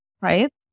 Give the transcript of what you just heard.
right